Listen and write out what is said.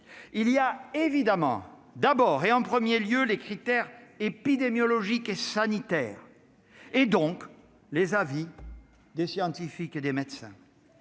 Il y a évidemment, d'abord et en premier lieu, les critères épidémiologiques et sanitaires, et donc les avis des scientifiques et des médecins.